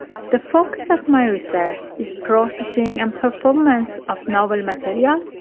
the focus of my research is processing and performance of novel materials,